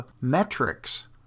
metrics